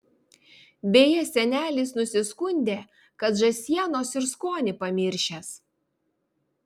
beje senelis nusiskundė kad žąsienos ir skonį pamiršęs